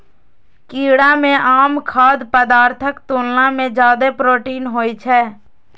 कीड़ा मे आम खाद्य पदार्थक तुलना मे जादे प्रोटीन होइ छै